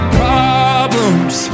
problems